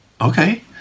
okay